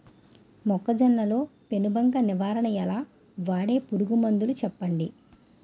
మొక్కజొన్న లో పెను బంక నివారణ ఎలా? వాడే పురుగు మందులు చెప్పండి?